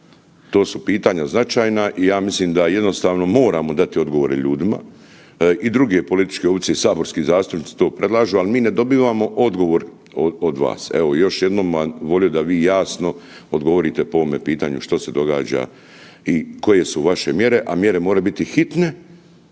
To su pitanja značajna i ja mislim da jednostavno moramo dati odgovore ljudima. I druge političke opcije saborski zastupnici to predlažu, ali mi ne dobivamo odgovor od vas. Evo još jednom bi volio da vi jasno odgovorite po ovome pitanju što se događa i koje su vaše mjere, a mjere moraju biti hitne